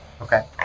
Okay